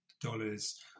Dollars